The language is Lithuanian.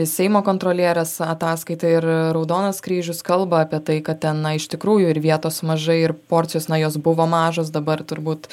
seimo kontrolierės ataskaita ir raudonas kryžius kalba apie tai kad tenai iš tikrųjų ir vietos mažai ir porcijos na jos buvo mažos dabar turbūt